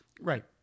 Right